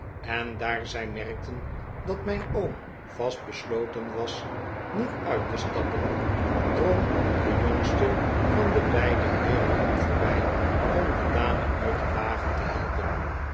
en daar zij merkten dat mijn oom vast besloten was niet uit te stappen drong de jongste van de beide heeren hem voorbij om de dame uit den wagen te helpen